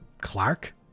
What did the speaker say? Clark